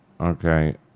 Okay